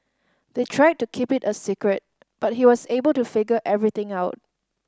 they tried to keep it a secret but he was able to figure everything out